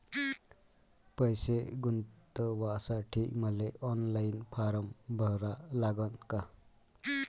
पैसे गुंतवासाठी मले ऑनलाईन फारम भरा लागन का?